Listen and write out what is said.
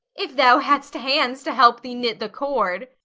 if thou hadst hands to help thee knit the cord.